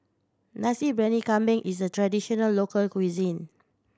Nasi Briyani Kambing is a traditional local cuisine